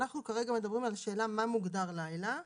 אנחנו כרגע מדברים על השאלה מה מוגדר לילה.